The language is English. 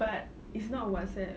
but it's not on whatsapp